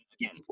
Again